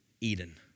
Eden